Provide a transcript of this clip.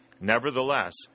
Nevertheless